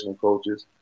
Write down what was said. coaches